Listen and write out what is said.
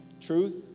truth